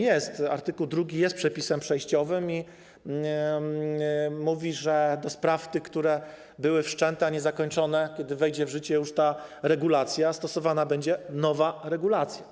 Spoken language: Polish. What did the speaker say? Jest, art. 2 jest przepisem przejściowym i mówi, że do spraw, które były wszczęte, a niezakończone, kiedy wejdzie w życie ta regulacja, stosowana będzie nowa regulacja.